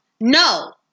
No